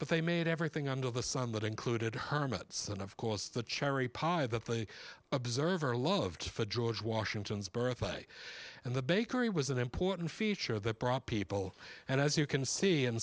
but they made everything under the sun that included hermits and of course the cherry pie that the observer loved for george washington's birthday and the bakery was an important feature that brought people and as you can see in